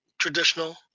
traditional